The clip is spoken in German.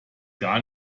gar